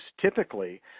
typically